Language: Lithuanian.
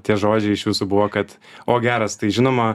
tie žodžiai iš jūsų buvo kad o geras tai žinoma